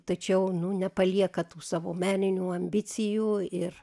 tačiau nu nepalieka tų savo meninių ambicijų ir